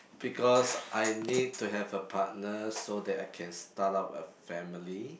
because I need to have a partner so that I can start up a family